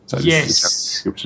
Yes